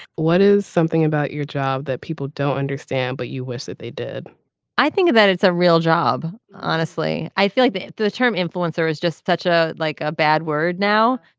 what is something about your job that people don't understand but you wish that they did i think that it's a real job. honestly i feel like the term influencer is just such a like a bad word now.